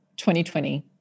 2020